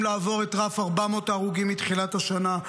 לעבור את רף 400 ההרוגים מתחילת השנה,